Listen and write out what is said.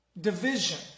division